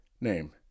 name